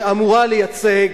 שאמורה לייצג